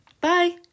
Bye